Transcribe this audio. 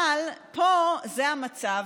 אבל פה זה המצב,